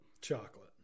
chocolate